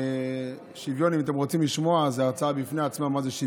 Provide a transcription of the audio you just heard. אם אתם רוצים לשמוע, שוויון,